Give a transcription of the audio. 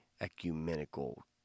ecumenical